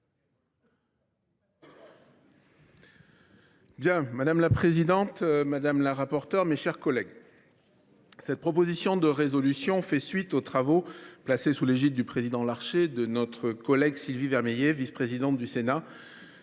Madame la présidente, mes chers collègues, cette proposition de résolution fait suite aux travaux, placés sous l’égide du président Larcher, de notre collègue Sylvie Vermeillet, vice présidente du Sénat,